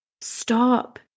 stop